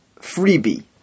freebie